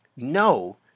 No